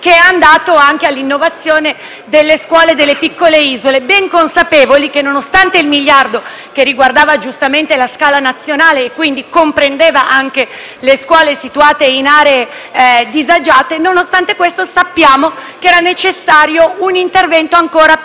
delle scuole delle piccole isole, ben consapevoli che, nonostante il miliardo, che riguardava giustamente la scala nazionale e quindi comprendeva anche le scuole situate in aree disagiate, fosse necessario un intervento ancora più specifico.